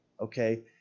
Okay